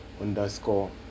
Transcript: underscore